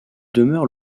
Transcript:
demeure